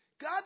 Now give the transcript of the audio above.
God